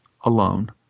alone